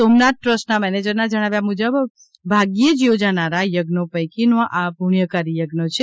સોમનાથ ટ્રસ્ટના મેનેજરના જણાવ્યા મુજબ ભાગ્યે જ યોજાનારા યજ્ઞો પૈકીનો આ પુણ્યકારી યજ્ઞ છે